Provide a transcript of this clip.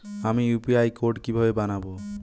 আমি UPI code কিভাবে বানাব?